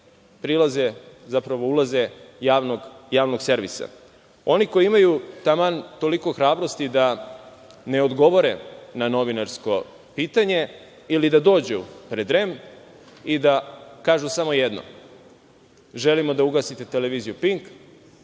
prilaze, zapravo ulaze Javnog servisa. Oni koji imaju taman toliko hrabrosti da ne odgovore na novinarsko pitanje ili da dođu pred REM i da kažu samo jedno – želimo da ugasite TV Pink,